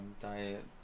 diet